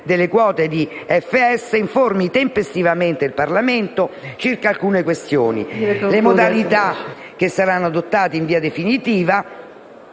italiane SpA, informi tempestivamente il Parlamento circa alcune questioni: le modalità che saranno adottate in via definitiva